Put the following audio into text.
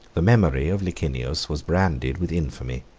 the memory of licinius was branded with infamy,